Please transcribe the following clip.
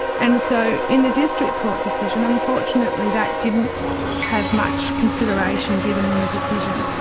and so, in the district court decision unfortunately that didn't have much consideration given in the decision,